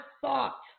thought